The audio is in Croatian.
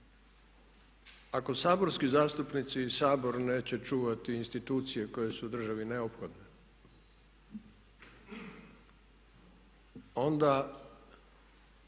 ako saborski zastupnici i Sabor neće čuvati institucije koje su u državi neophodne onda